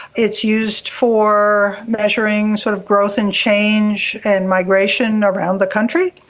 it's used for measuring sort of growth and change and migration around the country.